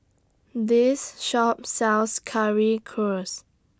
This Shop sells Currywurst